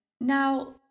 Now